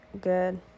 good